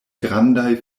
grandaj